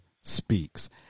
Speaks